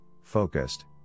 focused